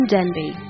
Denby